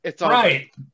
Right